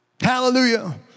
Hallelujah